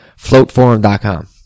FloatForum.com